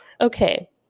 Okay